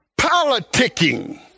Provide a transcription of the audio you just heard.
Politicking